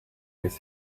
with